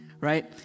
Right